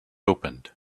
opened